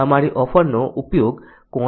અમારી ઓફરનો ઉપયોગ કોણ કરે તેવી શક્યતા છે